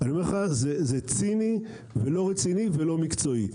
אני אומר לך, זה ציני, לא רציני ולא מקצועי.